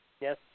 Yes